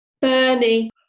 Bernie